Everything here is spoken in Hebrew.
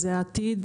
זה העתיד.